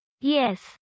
Yes